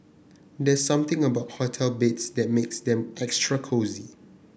there's something about hotel beds that makes them extra cosy